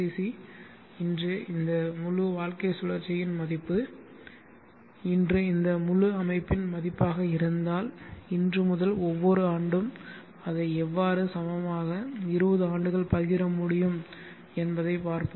C இன்று இந்த முழு வாழ்க்கைச் சுழற்சியின் மதிப்பு இன்று இந்த முழு அமைப்பின் மதிப்பாக இருந்தால் இன்று முதல் ஒவ்வொரு ஆண்டும் அதை எவ்வாறு சமமாக 20 ஆண்டுகள் பகிர முடியும் என்பதைப் பார்ப்போம்